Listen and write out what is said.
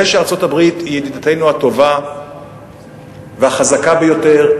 על זה שארצות-הברית היא ידידתנו הטובה והחזקה ביותר,